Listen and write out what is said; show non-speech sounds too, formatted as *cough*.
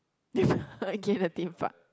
*laughs* again the Theme Park